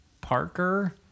Parker